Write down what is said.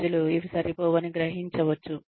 ప్రజలు ఇవి సరిపోవు అని గ్రహించవచ్చు